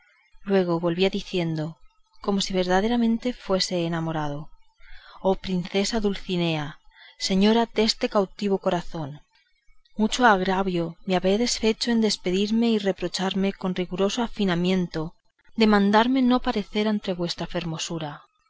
luego volvía diciendo como si verdaderamente fuera enamorado oh princesa dulcinea señora deste cautivo corazón mucho agravio me habedes fecho en despedirme y reprocharme con el riguroso afincamiento de mandarme no parecer ante la vuestra fermosura